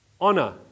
Honor